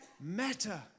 matter